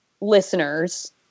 listeners